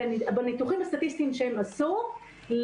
בניתוחים הסטטיסטיים שהם עשו,